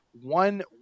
one